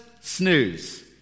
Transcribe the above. Snooze